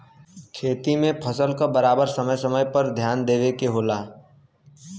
खेती में फसल क बराबर समय समय पर ध्यान देवे के होला